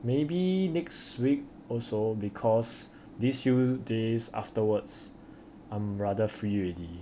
maybe next week also because these few days afterwards I'm rather free already